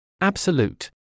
Absolute